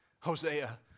Hosea